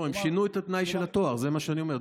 לא, הם שינו את התנאי של התואר, זה מה שאני אומר.